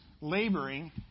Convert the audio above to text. laboring